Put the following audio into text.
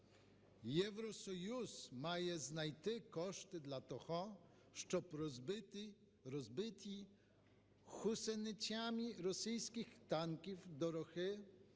Євросоюз має знайти кошти для того, щоб розбиті гусеницями російських танків дороги